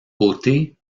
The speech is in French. côté